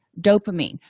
dopamine